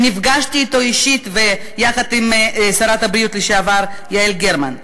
שנפגשתי אתו אישית ויחד עם שרת הבריאות לשעבר יעל גרמן,